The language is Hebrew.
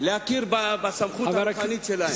להכיר בסמכות הרוחנית שלהם,